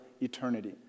eternity